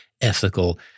ethical